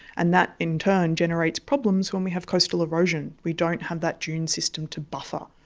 and that in turn generates problems when we have coastal erosion, we don't have that dune system to buffer.